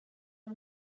are